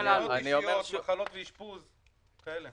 מפני מחלות ואשפוז וביטוח